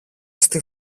στη